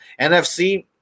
NFC